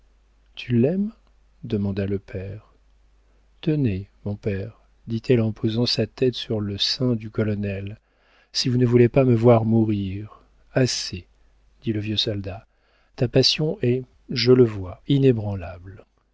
tu l'aimes demanda le père tenez mon père dit-elle en posant sa tête sur le sein du colonel si vous ne voulez pas me voir mourir assez dit le vieux soldat ta passion est je le vois inébranlable